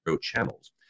channels